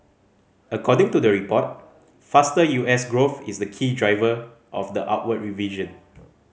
according to the report faster U S growth is the key driver of the upward revision